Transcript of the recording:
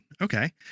Okay